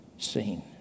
seen